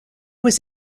was